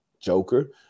joker